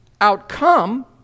outcome